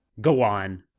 go on!